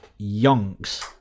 yonks